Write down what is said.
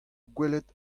gwelet